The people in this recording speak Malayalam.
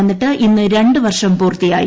വന്നിട്ട് ഇന്ന് രണ്ട് പ്ലൂർഷം പൂർത്തിയായി